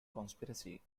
conspiracy